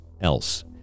else